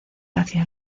hacia